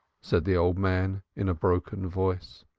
said the old man in a broken voice.